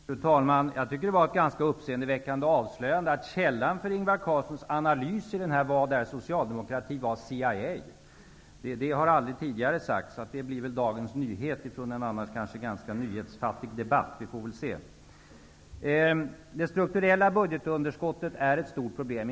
Fru talman! Jag tycker att det var ett ganska uppseendeväckande avslöjande att källan för Ingvar Carlssons analys i boken Vad är socialdemokrati? var CIA. Det har aldrig tidigare sagts, så det blir väl dagens nyhet från en annars kanske ganska nyhetsfattig debatt. Vi får väl se. Det strukturella budgetunderskottet är ett stort problem.